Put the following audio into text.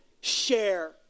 share